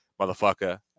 motherfucker